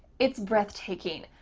it's breathtaking.